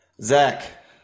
Zach